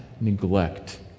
neglect